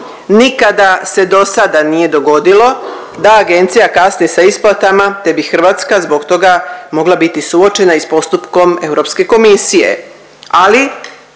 Nikada se dosada nije dogodilo da agencija kasni sa isplatama, te bi Hrvatska zbog toga mogla biti suočena i s postupkom Europske komisije, ali